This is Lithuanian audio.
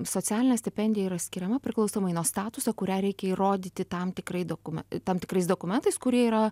socialinė stipendija yra skiriama priklausomai nuo statuso kurią reikia įrodyti tam tikrai dokumen tam tikrais dokumentais kurie yra